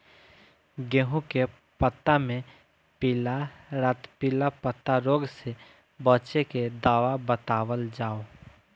गेहूँ के पता मे पिला रातपिला पतारोग से बचें के दवा बतावल जाव?